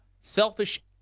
selfish